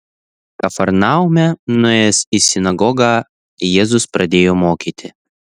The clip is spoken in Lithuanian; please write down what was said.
kafarnaume nuėjęs į sinagogą jėzus pradėjo mokyti